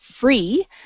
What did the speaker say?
free